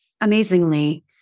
amazingly